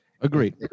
Agreed